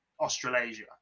Australasia